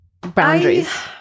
boundaries